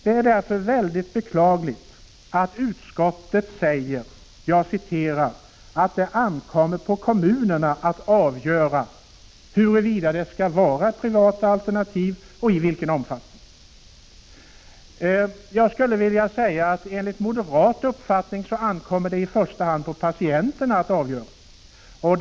Det är mycket beklagligt att utskottet uttalar att det ankommer på kommunerna att avgöra huruvida det skall vara privata alternativ och i vilken omfattning. Enligt moderat uppfattning ankommer det i första hand på patienterna att avgöra vilken vård de vill ha.